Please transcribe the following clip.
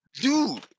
Dude